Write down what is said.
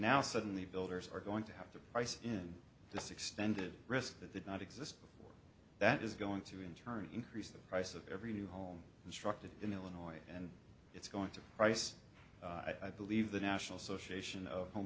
now suddenly builders are going to have to price in this extended risk that they do not exist that is going to in turn increase the price of every new home constructed in illinois and it's going to price i believe the national association of hom